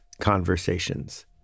conversations